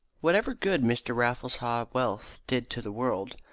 whatever good mr. raffles haw's wealth did to the world,